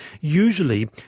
Usually